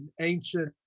ancient